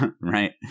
right